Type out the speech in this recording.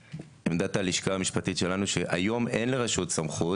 הלשכה המשפטית שלנו שהיום אין לרשות סמכות,